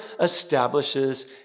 establishes